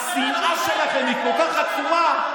השנאה שלכם היא כל כך עצומה,